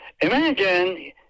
Imagine